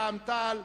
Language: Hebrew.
רע"ם-תע"ל,